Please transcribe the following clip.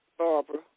Barbara